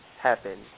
Happen